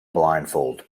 blindfold